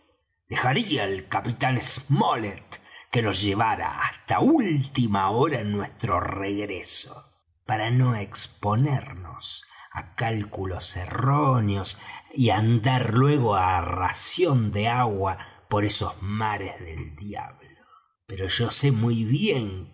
dejaría al capitán smollet que nos llevara hasta última hora en nuestro regreso para no exponernos á cálculos erróneos y á andar luego á ración de agua por esos mares del diablo pero yo se muy bien